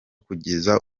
kugeza